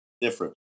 different